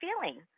feeling